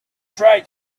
try